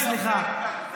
אופיר סופר, סליחה.